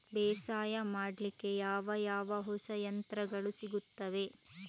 ಬೇಸಾಯ ಮಾಡಲಿಕ್ಕೆ ಯಾವ ಯಾವ ಹೊಸ ಯಂತ್ರಗಳು ಸಿಗುತ್ತವೆ?